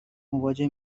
مواجه